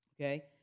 Okay